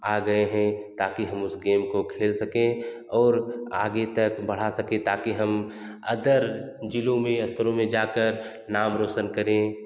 आ गए है ताकी हम उस गेम को खेल सकें और आगे तक बढ़ा सकें ताकी हम अदर ज़िलों में स्तरों में जा कर नाम रौशन करें